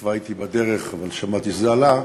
כבר הייתי בדרך, אבל שמעתי שזה עלה.